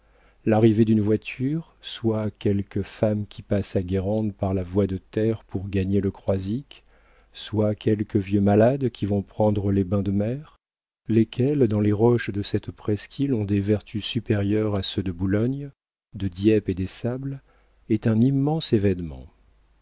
l'arrivée d'une voiture soit quelque femme qui passe à guérande par la voie de terre pour gagner le croisic soit quelques vieux malades qui vont prendre les bains de mer lesquels dans les roches de cette presqu'île ont des vertus supérieures à ceux de boulogne de dieppe et des sables est un immense événement